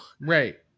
Right